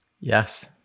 Yes